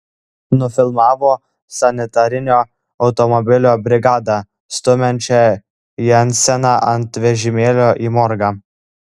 nufilmavo sanitarinio automobilio brigadą stumiančią jenseną ant vežimėlio į morgą